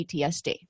PTSD